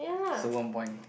so one point